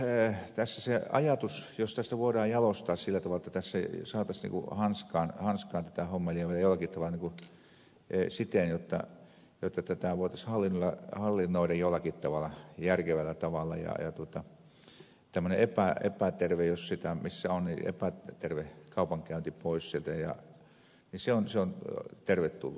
minusta tässä se ajatus jos tätä voidaan jalostaa sillä tavalla jotta tässä saataisiin niin kuin hanskaan tätä hommelia vielä jollakin tavalla siten jotta tätä voitaisiin hallinnoida jollakin järkevällä tavalla ja tämmöinen epäterve jos sitä missä on kaupankäynti pois sieltä on tervetullut